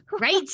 Right